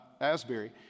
Asbury